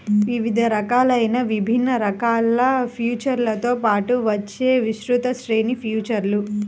వివిధ రకాలైన విభిన్న రకాల ఫీచర్లతో పాటు వచ్చే విస్తృత శ్రేణి ఫీచర్లు